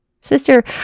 Sister